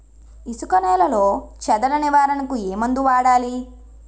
ఇసుక నేలలో చదల నివారణకు ఏ మందు వాడాలి?